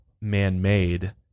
man-made